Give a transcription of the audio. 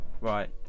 Right